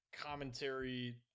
commentary